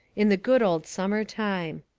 in the good old summer time.